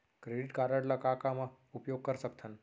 Credit card ला का का मा उपयोग कर सकथन?